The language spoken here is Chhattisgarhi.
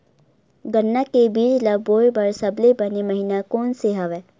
गन्ना के बीज ल बोय बर सबले बने महिना कोन से हवय?